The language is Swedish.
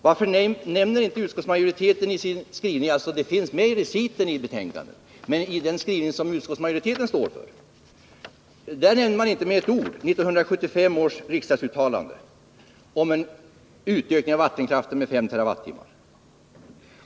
Varför nämner inte utskottsmajoriteten med ett enda ord i sin skrivning — det är något annat att det finns med i reciten i betänkandet — 1975 års riksdagsuttalande om en utökning av vattenkraften med 5 TWh?